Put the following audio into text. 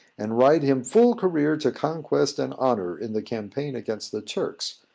and ride him full career to conquest and honour in the campaign against the turks,